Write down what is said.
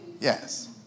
Yes